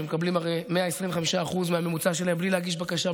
הם מקבלים הרי 125% מהממוצע שלהם בלי להגיש בקשה,